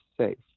safe